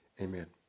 Amen